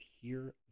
hear